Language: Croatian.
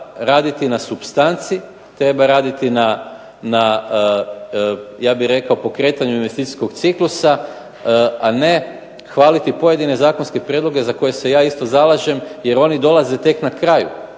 raditi na supstanci, treba raditi ja bih rekao pokretanju investicijskog ciklusa, a ne hvaliti pojedine zakonske prijedloge za koje se ja isto zalažem jer oni dolaze tek na kraju.